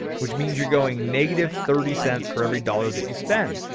which means you're going negative thirty cents for every dollar that you spend.